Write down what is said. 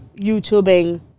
youtubing